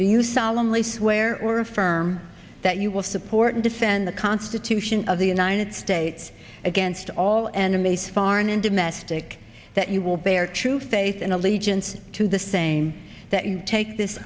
do you solemnly swear or affirm that you will support and defend the constitution of the united states against all enemies foreign and domestic that you will bear true faith and allegiance to the same that you take this